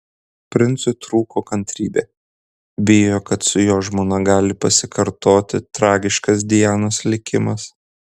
princui trūko kantrybė bijo kad su jo žmona gali pasikartoti tragiškas dianos likimas